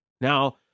Now